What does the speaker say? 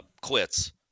quits